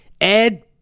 Ed